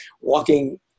walking